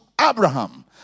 Abraham